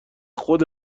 خود